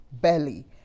belly